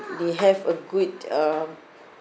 they have a good uh